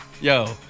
Yo